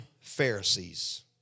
Pharisees